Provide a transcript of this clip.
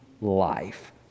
life